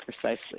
precisely